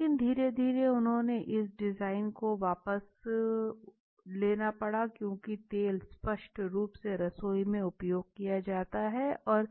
लेकिन धीरे धीरे उन्हें उस डिजाइन को वापस लेना पड़ा क्यूंकि तेल स्पष्ट रूप से रसोई में उपयोग किया जाता है और